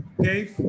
Okay